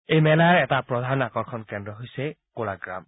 এই মেলাৰ এটা প্ৰধান আকৰ্যণ কেন্দ্ৰ হৈছে কলাগ্ৰাম